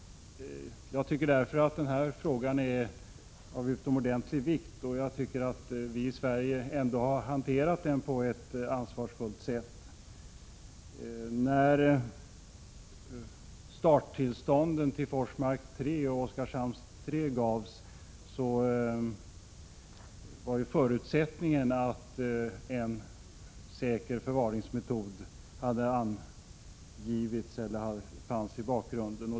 Därför är den frågan av utomordentlig vikt, och jag tycker att vi i Sverige ändå har hanterat den på ett ansvarsfullt sätt. När starttillstånden till Forsmark 3 och Oskarshamn 3 gavs var förutsättningen att en säker förvaringsmetod fanns i bakgrunden.